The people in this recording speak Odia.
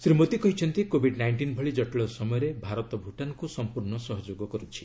ଶ୍ରୀ ମୋଦି କହିଛନ୍ତି କୋବିଡ୍ ନାଇଷ୍ଟିନ୍ ଭଳି ଜଟିଳ ସମୟରେ ଭାରତ ଭୁଟାନକୁ ସମ୍ପୂର୍ଣ୍ଣ ସହଯୋଗ କରୁଛି